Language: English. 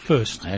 First